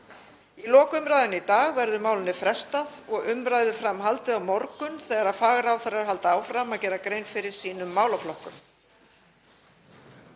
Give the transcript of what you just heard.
Í lok umræðunnar í dag verður málinu frestað og umræðunni fram haldið á morgun þegar fagráðherrar halda áfram að gera grein fyrir sínum málaflokkum.